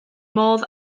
modd